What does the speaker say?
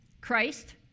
Christ